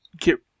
get